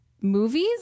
movies